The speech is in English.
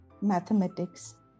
mathematics